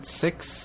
six